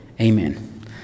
amen